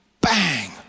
Bang